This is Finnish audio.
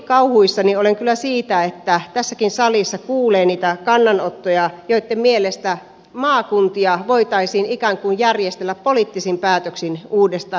puolikauhuissani olen kyllä siitä että tässäkin salissa kuulee niitä kannanottoja joissa maakuntia voitaisiin ikään kuin järjestellä poliittisin päätöksin uudestaan